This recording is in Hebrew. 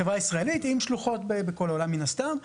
חברה ישראלית עם שלוחות בכל העולם, מן הסתם.